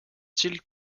tille